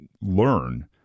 learn